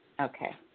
Okay